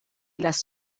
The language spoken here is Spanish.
las